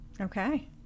okay